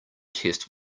test